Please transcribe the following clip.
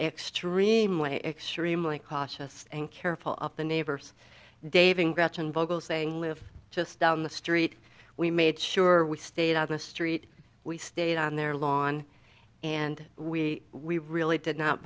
extremely extremely cautious and careful of the neighbors david and gretchen vogel saying live just down the street we made sure we stayed on the street we stayed on their lawn and we we really did not